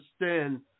understand